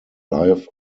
life